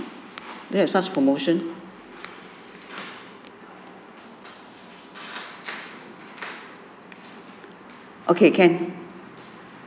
do you have such promotion okay can